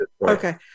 Okay